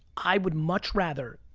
i would much rather,